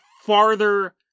farther